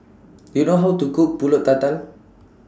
Do YOU know How to Cook Pulut Tatal